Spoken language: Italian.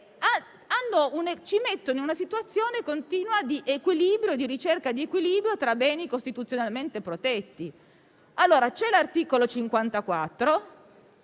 ci mettono in una situazione continua di ricerca di equilibrio tra beni costituzionalmente protetti. C'è l'articolo 54,